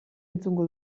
entzungo